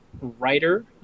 writer